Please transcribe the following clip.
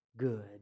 good